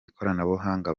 ikoranabuhanga